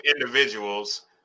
individuals